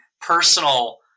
personal